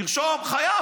תרשום "חייב".